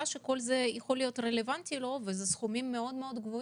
שכל זה יכול להיות לו רלוונטי ומדובר בסכומים גבוהים,